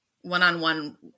one-on-one